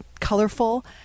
colorful